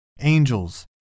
Angels